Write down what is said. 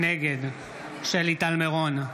נגד שלי טל מירון,